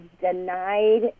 denied